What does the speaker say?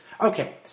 okay